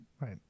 Right